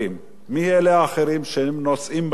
מי אלה האחרים שהם נושאים בנטל?